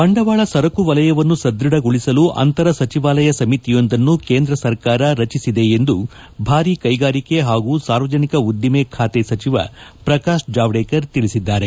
ಬಂಡವಾಳ ಸರಕು ವಲಯವನ್ನು ಸದ್ಬಢಗೊಳಿಸಲು ಅಂತರ ಸಚಿವಾಲಯ ಸಮಿತಿಯೊಂದನ್ನು ಕೇಂದ್ರ ಸರ್ಕಾರ ರಚಿಸಿದೆ ಎಂದು ಭಾರೀ ಕೈಗಾರಿಕೆ ಹಾಗೂ ಸಾರ್ವಜನಿಕ ಉದ್ದಿಮೆ ಖಾತೆ ಸಚಿವ ಪ್ರಕಾಶ್ ಜಾವಡೇಕರ್ ತಿಳಿಸಿದ್ದಾರೆ